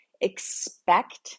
expect